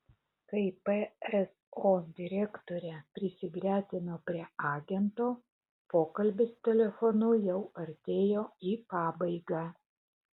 kai pso direktorė prisigretino prie agento pokalbis telefonu jau artėjo į pabaigą